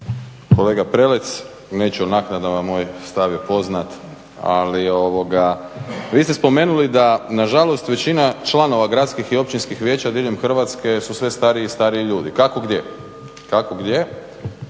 Kolega Prelec, neću o naknadama, moj stav je poznat. Ali vi ste spomenuli da na žalost većina članova gradskih i općinskih vijeća diljem Hrvatske su sve stariji i stariji ljudi. Kako gdje, kako gdje